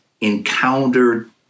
encountered